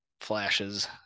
flashes